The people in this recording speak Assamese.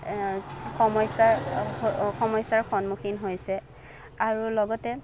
সমস্যাৰ সমস্যাৰ সন্মুখীন হৈছে আৰু লগতে